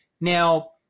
Now